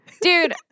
Dude